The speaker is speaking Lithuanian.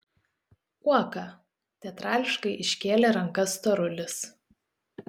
uoka teatrališkai iškėlė rankas storulis